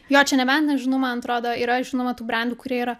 jo čia nebent nežinau man atrodo yra žinoma tų brendų kurie yra